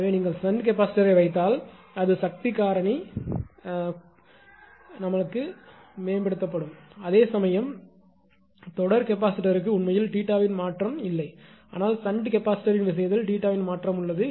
எனவே நீங்கள் ஷன்ட் கெபாசிட்டரை வைத்தால் அது சக்தி காரணிபவர் ஃபாக்டர்க்கு மேம்படும் அதே சமயம் தொடர் கெபாசிட்டர்க்கு உண்மையில் 𝜃 வின் மாற்றம் இல்லை ஆனால் ஷன்ட் கெபாசிட்டரின் விஷயத்தில் 𝜃 வின் மாற்றம் உள்ளது